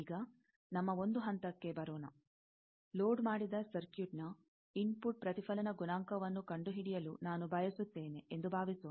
ಈಗ ನಮ್ಮ ಒಂದು ಹಂತಕ್ಕೆ ಬರೋಣ ಲೋಡ್ ಮಾಡಿದ ಸರ್ಕ್ಯೂಟ್ನ ಇನ್ಫುಟ್ ಪ್ರತಿಫಲನ ಗುಣಾಂಕವನ್ನು ಕಂಡುಹಿಡಿಯಲು ನಾನು ಬಯಸುತ್ತೇನೆ ಎಂದು ಭಾವಿಸೋಣ